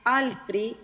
altri